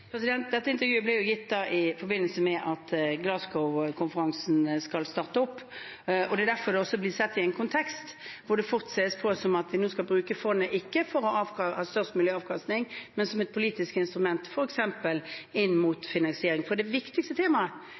Dette intervjuet ble gitt i forbindelse med at Glasgow-konferansen snart starter. Det er derfor det også blir satt i en kontekst, hvor det fort sees på som at vi nå skal bruke fondet ikke for å ha størst mulig avkastning, men som et politisk instrument f.eks. inn mot finansiering. Det viktigste temaet